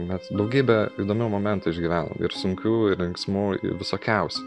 mes daugybę įdomių momentų išgyvenom ir sunkių ir linksmų visokiausių